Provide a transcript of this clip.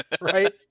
Right